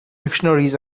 dictionaries